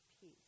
peace